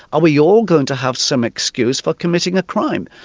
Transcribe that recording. are we all going to have some excuse for committing a crime?